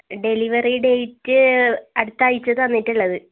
delivery date അടുത്താഴ്ച തന്നിട്ടുള്ളത്